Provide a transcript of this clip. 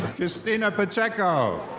christina pacheco.